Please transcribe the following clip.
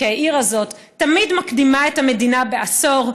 כי העיר הזאת תמיד מקדימה את המדינה בעשור,